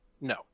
No